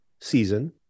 season